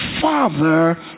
father